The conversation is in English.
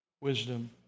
wisdom